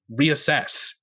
reassess